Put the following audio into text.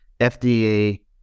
FDA